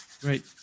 Great